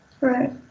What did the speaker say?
Right